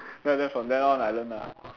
right there from then on I learn ah